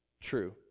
true